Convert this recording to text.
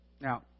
Now